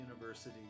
University